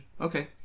Okay